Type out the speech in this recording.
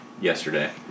yesterday